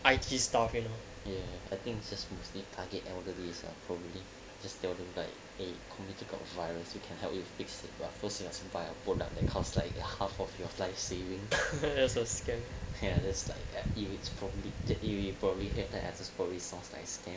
I_T stuff you know I think mostly target these are probably still don't like a political violence you can help you fix the raffles via productive cost like a half of your life saving a scam pair this time at you it's from the area probably hit the answers for resource nice thing